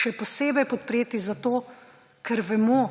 Še posebej podpreti zato, ker vemo,